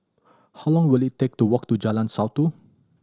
how long will it take to walk to Jalan Satu